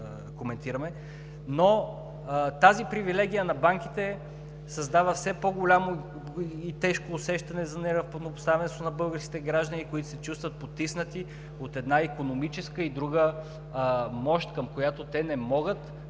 но тази привилегия на банките създава все по-голямо и тежко усещане за неравнопоставеност на българските граждани, които се чувстват потиснати от една икономическа и друга мощ, към която те не могат, в